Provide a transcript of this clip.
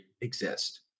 exist